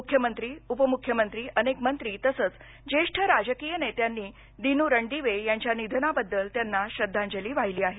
मुख्यमंत्री उप मुख्यमंत्री अनेक मंत्री तसंच ज्येष्ठ राजकीय नेत्यांनी दिनू रणदिवे यांच्या निधनाबद्दल त्यांना श्रद्धांजली वाहिली आहे